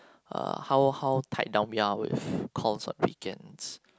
uh how how tied down calls on weekends